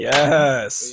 Yes